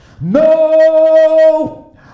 no